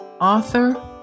author